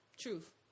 Truth